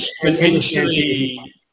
potentially